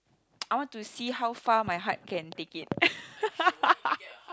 I want to see how far my heart can take it